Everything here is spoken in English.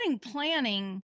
planning